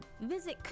Visit